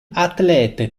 atlete